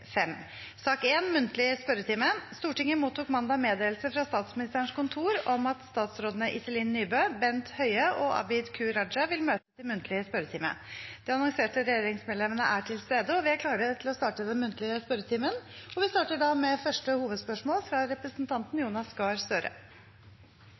Stortinget mottok mandag meddelelse fra Statsministerens kontor om at statsrådene Iselin Nybø, Bent Høie og Abid Q. Raja vil møte til muntlig spørretime. De annonserte regjeringsmedlemmene er til stede, og vi er klare til å starte den muntlige spørretimen. Vi starter da med første hovedspørsmål, fra representanten